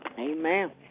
Amen